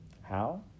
How